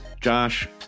Josh